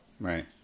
Right